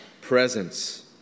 presence